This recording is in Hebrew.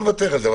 בוא נוותר על זה.